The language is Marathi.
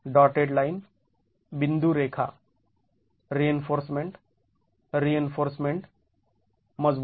धन्यवाद